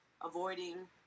avoiding